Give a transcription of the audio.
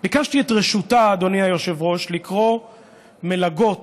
את רשותה, אדוני היושב-ראש, לקרוא מלגות